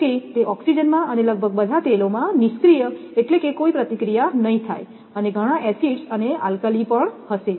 જો કે તે ઓક્સિજનમાં અને લગભગ બધા તેલોમાં નિષ્ક્રિય એટલે કે કોઈ પ્રતિક્રિયા નહીં થાય અને ઘણા એસિડ્સ અને આલ્કાલી પણ હશે